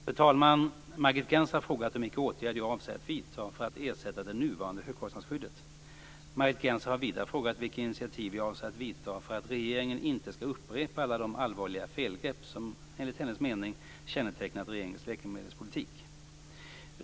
Fru talman! Margit Gennser har frågat om vilka åtgärder jag avser att vidta för att ersätta det nuvarande högkostnadsskyddet. Margit Gennser har vidare frågat om vilka initiativ jag avser att vidta för att regeringen inte skall upprepa alla de allvarliga felgrepp som enligt hennes mening kännetecknat regeringens läkemedelspolitik.